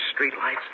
streetlights